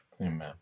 Amen